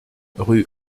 rue